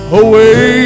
away